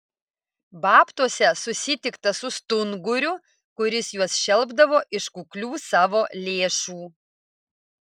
babtuose susitikta su stunguriu kuris juos šelpdavo iš kuklių savo lėšų